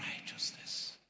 righteousness